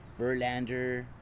Verlander